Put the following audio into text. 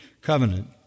covenant